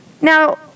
Now